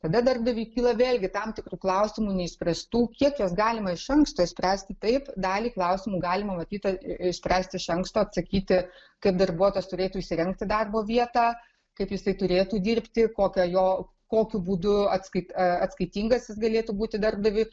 tada darbdaviui kyla vėlgi tam tikrų klausimų neišspręstų kiek juos galima iš anksto išspręsti taip dalį klausimų galima matyt išspręsti iš anksto atsakyti kaip darbuotojas turėtų įsirengti darbo vietą kaip jisai turėtų dirbti kokia jo kokiu būdu atskait atskaitingas jis galėtų būti darbdaviui